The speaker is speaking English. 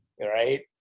Right